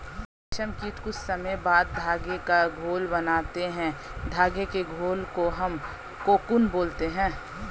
रेशम कीट कुछ समय बाद धागे का घोल बनाता है धागे के घोल को हम कोकून बोलते हैं